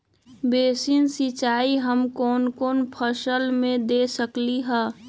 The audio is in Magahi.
बेसिन सिंचाई हम कौन कौन फसल में दे सकली हां?